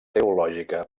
teològica